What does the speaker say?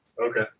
Okay